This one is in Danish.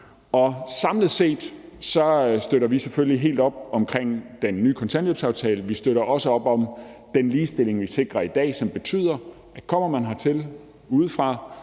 Samlet set støtter vi selvfølgelig helt op om omkring den nye kontanthjælpsaftale, og vi støtter også op om den ligestilling, vi sikrer i dag, og som betyder, at kommer man hertil udefra,